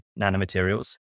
nanomaterials